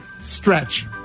stretch